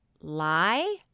lie